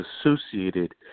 associated